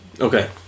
Okay